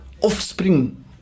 offspring